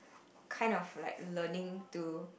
kind of like learning to